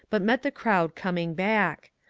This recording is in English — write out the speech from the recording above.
but met the crowd coming back.